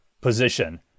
position